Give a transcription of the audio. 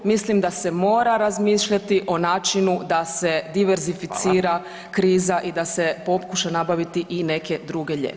Mislim da se mora razmišljati o načinu da se diversificira kriza i da pokuša nabaviti i neke druge lijekove.